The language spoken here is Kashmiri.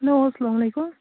ہیلو السلامُ علیکُم